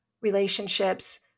relationships